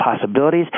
possibilities